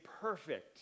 perfect